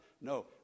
No